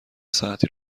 ساعتی